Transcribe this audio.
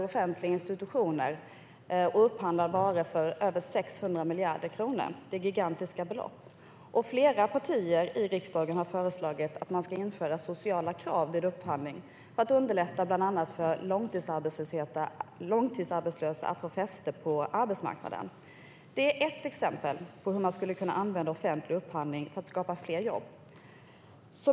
Offentliga institutioner köper och upphandlar varor för över 600 miljarder kronor varje år, vilket är ett gigantiskt belopp. Flera partier i riksdagen har föreslagit att man ska införa sociala krav vid upphandling för att underlätta för bland annat långtidsarbetslösa att få fäste på arbetsmarknaden. Det är ett exempel på hur man skulle kunna använda offentlig upphandling för att skapa fler jobb.